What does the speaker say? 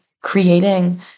Creating